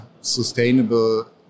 sustainable